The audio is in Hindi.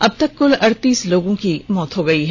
अब तक कुल अड़तीस लोगों की मृत्यु हुई है